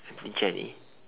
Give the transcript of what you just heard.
aunty Jenny